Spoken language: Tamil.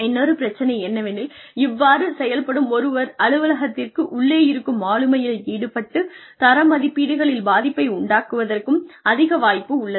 இன்னொரு பிரச்சனை என்னவெனில் இவ்வாறு செயல்படும் ஒருவர் அலுவலகத்திற்கு உள்ளே இருக்கும் ஆளுமையில் ஈடுபட்டு தர மதிப்பீடுகளில் பாதிப்பை உண்டாக்குவதற்கும் அதிக வாய்ப்பு உள்ளது